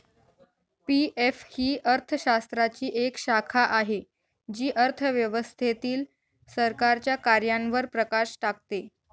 PF ही अर्थशास्त्राची एक शाखा आहे जी अर्थव्यवस्थेतील सरकारच्या कार्यांवर प्रकाश टाकते